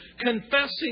confessing